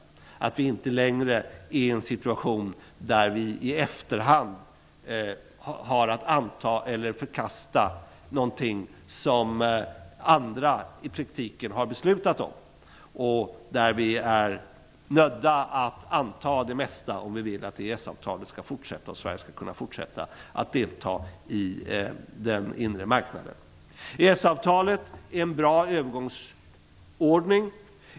Då är vi inte längre i en situation där vi i efterhand har att anta eller förkasta något som andra i praktiken har beslutat om och där vi är nödda att anta det mesta om vi vill att EES-avtalet skall fortsätta att gälla och att Sverige skall kunna fortsätta att delta i den inre marknaden. EES-avtalet är en bra övergångsordning.